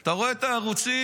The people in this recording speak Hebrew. אתה רואה את הערוצים,